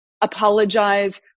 apologize